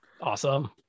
Awesome